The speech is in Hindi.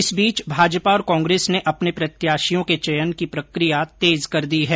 इस बीच भाजपा और कांग्रेस ने अपने प्रत्याशियों के चयन की प्रकिया तेज कर दी है